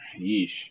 Yeesh